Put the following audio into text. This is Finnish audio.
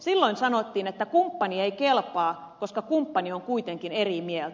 silloin sanottiin että kumppani ei kelpaa koska kumppani on kuitenkin eri mieltä